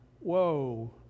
whoa